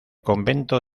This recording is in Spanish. convento